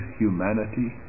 humanity